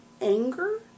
anger